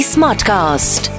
Smartcast